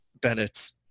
Bennett's